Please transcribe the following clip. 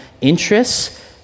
interests